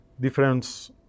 different